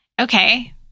okay